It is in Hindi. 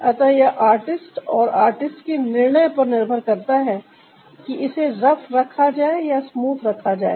अतः यह आर्टिस्ट और आर्टिस्ट के निर्णय पर निर्भर करता है कि इसे रफ रखा जाय या स्मूथ रखा जाए